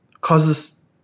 causes